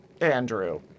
Andrew